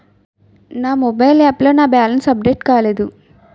నా mobile app లో నా బ్యాలెన్స్ అప్డేట్ కాలేదు